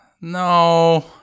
no